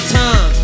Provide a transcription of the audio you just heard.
time